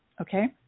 Okay